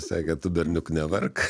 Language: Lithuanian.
sakė tu berniuk nevark